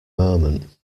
moment